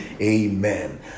amen